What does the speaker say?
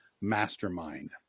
mastermind